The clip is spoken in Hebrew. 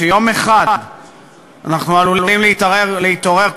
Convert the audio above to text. כך שיום אחד אנחנו עלולים להתעורר,